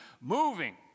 moving